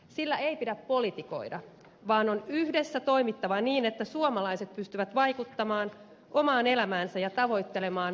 sillä ei pidä politikoida vaan on yhdessä toimittava niin että suomalaiset pystyvät vaikuttamaan omaan elämäänsä ja tavoittelemaan omannäköistään onnea